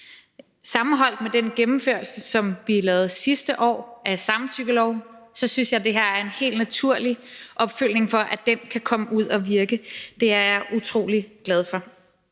Sammenholdt med den gennemførelse af samtykkeloven, som vi lavede sidste år, synes jeg, det her er en helt naturlig opfølgning, for at den kan komme ud at virke. Det er jeg utrolig glad for.